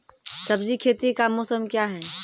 सब्जी खेती का मौसम क्या हैं?